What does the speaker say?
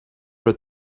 però